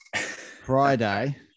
Friday